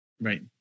Right